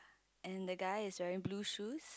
and the guy is wearing blue shoes